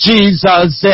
Jesus